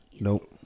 Nope